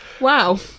Wow